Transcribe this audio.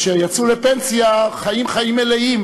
והיוצר הנערץ בן עמך, הקנדי,